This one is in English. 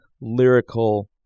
lyrical